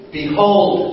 behold